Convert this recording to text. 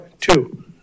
two